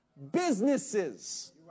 businesses